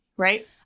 Right